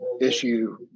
issue